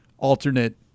alternate